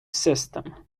system